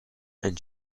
and